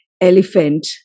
elephant